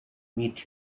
meet